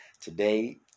Today